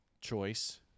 choice